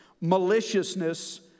maliciousness